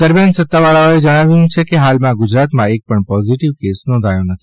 દરમ્યાન સત્તાવાળાઓએ જણાવ્યું છે કે હાલમાં ગુજરાતમાં એક પણ પોઝીટીવ કેસ નોંધાયો નથી